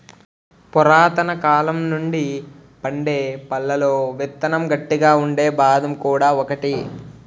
పురాతనకాలం నుండి పండే పళ్లలో విత్తనం గట్టిగా ఉండే బాదం కూడా ఒకటి